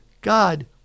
God